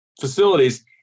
facilities